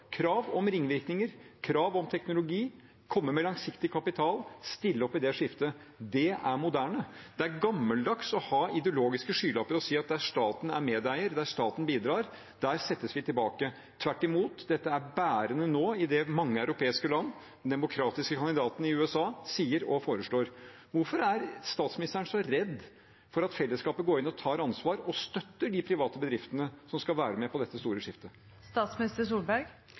krav om ringvirkninger, krav om teknologi, om å komme med langsiktig kapital, om å stille opp i det skiftet. Det er moderne. Det er gammeldags å ha ideologiske skylapper og si at der staten er medeier, der staten bidrar, settes vi tilbake. Tvert imot: Dette er nå bærende i det mange europeiske land og den demokratiske kandidaten i USA sier og foreslår. Hvorfor er statsministeren så redd for at fellesskapet går inn og tar ansvar og støtter de private bedriftene som skal være med på dette store skiftet?